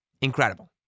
incredible